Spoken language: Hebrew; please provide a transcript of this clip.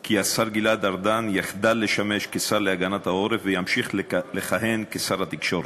כי השר גלעד ארדן יחדל מלשמש כשר להגנת העורף וימשיך לכהן כשר התקשורת.